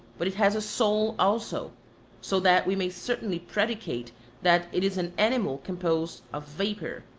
but it has a soul also so that we may certainly predicate that it is an animal composed of vapour,